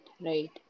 right